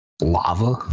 lava